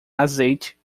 azeite